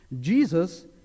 Jesus